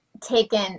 taken